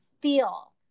feel